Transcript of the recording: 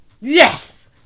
Yes